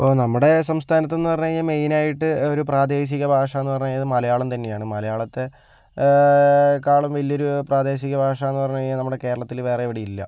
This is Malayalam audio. ഇപ്പോൾ നമ്മുടെ സംസ്ഥാനത്തെന്ന് പറഞ്ഞ് കഴിഞ്ഞാൽ മെയിനായിട്ട് ഒരു പ്രാദേശിക ഭാഷയെന്ന് പറഞ്ഞാൽ അത് മലയാളം തന്നെയാണ് മലയാളത്തെക്കാളും വലിയൊരു പ്രാദേശിക ഭാഷയെന്ന് പറഞ്ഞ് കഴിഞ്ഞാൽ നമ്മുടെ കേരളത്തിൽ വേറെ എവിടെയും ഇല്ല